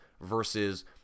versus